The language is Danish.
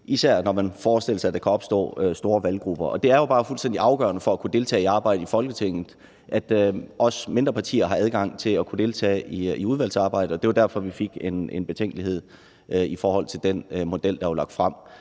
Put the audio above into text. især når man forestillede sig, at der kan opstå store valggrupper. Og det er jo bare fuldstændig afgørende for at kunne deltage i arbejdet i Folketinget, at også mindre partier har adgang til at deltage i udvalgsarbejdet, og det var derfor, vi fik betænkeligheder i forhold til den model, der var lagt frem.